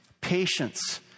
patience